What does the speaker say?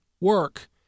work